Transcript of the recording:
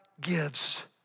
gives